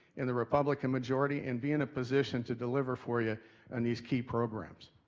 in the republican majority, and be in a position to deliver for ya on these key programs.